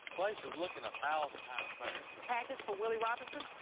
place is looking a thousand time better. package for willie robertson.